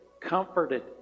comforted